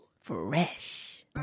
Fresh